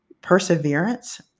Perseverance